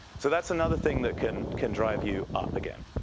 so that's another thing that can can drive you up again.